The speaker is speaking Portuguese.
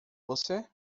você